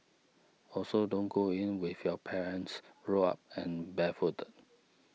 also don't go in with your pants rolled up and barefooted